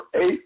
eight